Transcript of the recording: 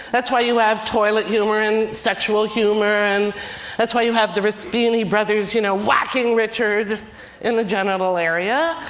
that's why you have toilet humor and sexual humor. and that's why you have the raspyni brothers you know whacking richard in the genital area.